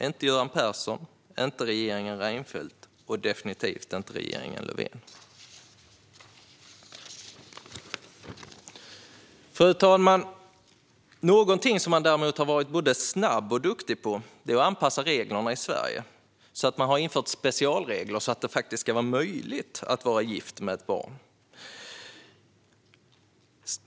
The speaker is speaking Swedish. Inte Göran Persson, inte Reinfeldts regeringar och definitivt inte regeringen Löfven. Fru talman! Någonting man däremot har varit både snabb och duktig på är att anpassa reglerna i Sverige. Man har infört specialregler så att det faktiskt ska vara möjligt att vara gift med ett barn.